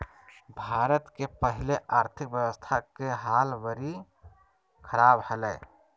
भारत के पहले आर्थिक व्यवस्था के हाल बरी ख़राब हले